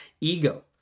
ego